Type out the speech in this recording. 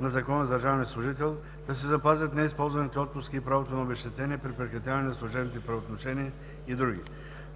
на Закона за държавния служител, да се запазят неизползваните отпуски и правото на обезщетение при прекратяване на служебните правоотношения и други.